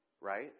Right